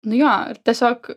nu jo ir tiesiog